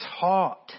taught